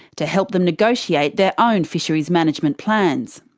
to help them negotiate their own fisheries management plans.